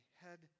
head